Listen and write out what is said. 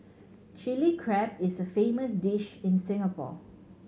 Chilli Crab is a famous dish in Singapore